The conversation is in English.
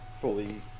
fully